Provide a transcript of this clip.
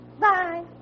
Bye